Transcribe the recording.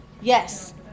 Yes